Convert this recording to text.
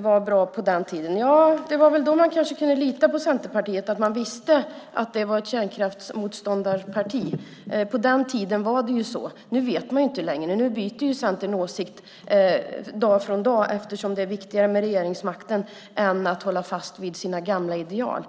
var bra på den tiden. Ja, det var väl då man kanske kunde lita på Centerpartiet, att man visste att det var ett kärnkraftsmotståndarparti. På den tiden var det ju så. Nu vet man inte längre, för nu byter Centern åsikt från dag till dag, eftersom det är viktigare med regeringsmakten än att hålla fast vid sina gamla ideal.